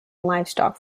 livestock